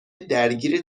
درگیر